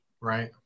right